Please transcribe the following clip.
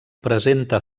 presenta